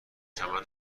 چمن